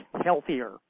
healthier